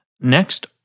Next